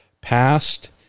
passed